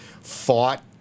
fought